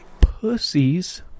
Pussies